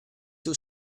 two